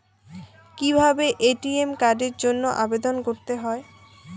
কিভাবে এ.টি.এম কার্ডের জন্য আবেদন করতে হয়?